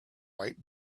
white